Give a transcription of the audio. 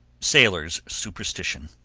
sailor's superstition.